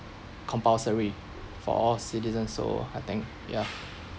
compulsory for all citizens so I think ya